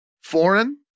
foreign